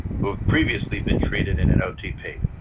who've previously been treated in an otp.